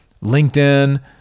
LinkedIn